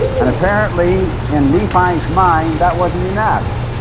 and apparently in nephi's mind that wasn't enough.